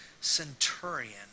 centurion